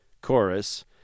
chorus